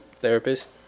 therapist